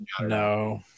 No